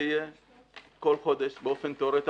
יהיה כל חודש באופן תיאורטי,